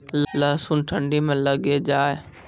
लहसुन ठंडी मे लगे जा?